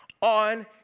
on